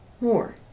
more